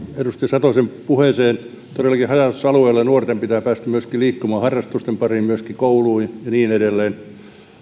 edustaja satosen puheeseen todellakin myöskin haja asutusalueella nuorten pitää päästä liikkumaan harrastusten pariin myöskin kouluun ja niin edelleen